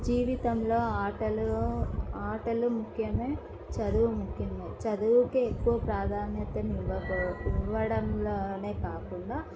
జీవితంలో ఆటలు ఆటలు ముఖ్యమే చదువు ముఖ్యమే చదువుకే ఎక్కువ ప్రాధాన్యత ఇవ్వడంలోనే కాకుండా